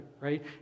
right